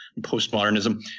postmodernism